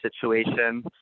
situation